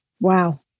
Wow